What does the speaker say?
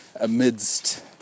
amidst